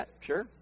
sure